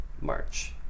march